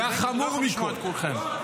חנוך, לפחות תצליח להקשיב.